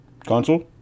console